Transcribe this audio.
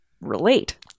relate